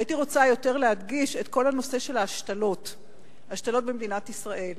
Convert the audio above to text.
הייתי רוצה יותר להדגיש את כל הנושא של ההשתלות במדינת ישראל.